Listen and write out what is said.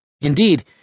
Indeed